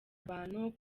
abantu